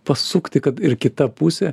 pasukti kad ir kita pusė